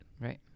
Right